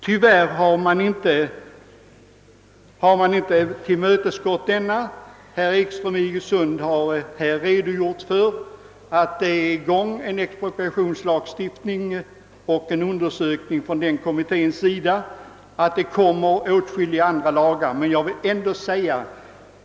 Tyvärr har man inte tillmötesgått denna vår önskan. Herr Ekström i Iggesund har här redogjort för att en utredning om expropriationslagstiftningen är = :igångsatt. Den arbetande markvärdekommittén har meddelat att den kommer med ett delbetänkande i frågan till nästa år.